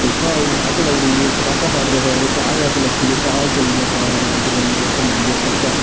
ते घाऽ ई में अग्ग लाउड़ी पटाका फाड़दे फाड़दे घाऽ ई अग्ग लग्गी ते घाऽ जली आ सारा ते दूऐ दिन मेरे उप्पर लग्गी आ परचा